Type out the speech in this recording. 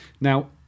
Now